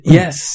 yes